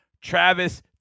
Travis